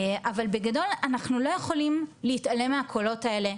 אבל בגדול אנחנו לא יכולים להתעלם מהקולות האלה,